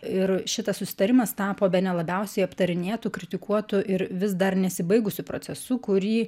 ir šitas susitarimas tapo bene labiausiai aptarinėtu kritikuotu ir vis dar nesibaigusiu procesu kurį